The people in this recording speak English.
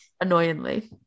annoyingly